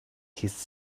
his